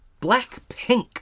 Blackpink